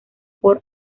por